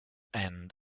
end